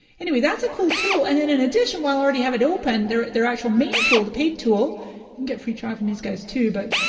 anyway that's a cool tool, and then in addition while i already have it open their their actual main tool, the paid tool you can get a free trial from these guys too. but